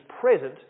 present